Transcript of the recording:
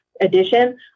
edition